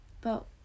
But